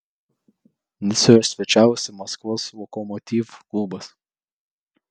nicoje svečiavosi maskvos lokomotiv klubas